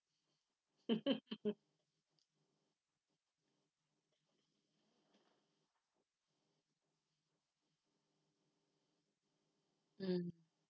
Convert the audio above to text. mm